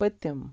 پٔتِم